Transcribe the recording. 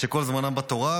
שכל זמנם בתורה,